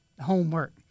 homework